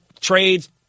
trades